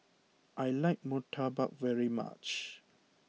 I like Murtabak very much